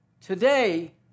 Today